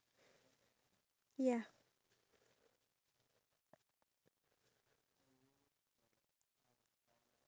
um if people always ask me this question I will always reply for each wish I will ask for one thousand wishes so I can ask for a lot of things